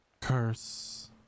curse